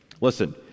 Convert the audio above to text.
listen